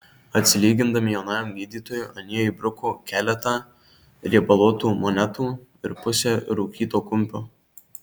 atsilygindami jaunajam gydytojui anie įbruko keletą riebaluotų monetų ir pusę rūkyto kumpio